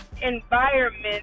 environment